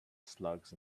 slugs